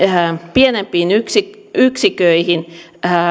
pienempiin yksiköihin